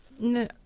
No